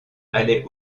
allait